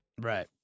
Right